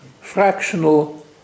fractional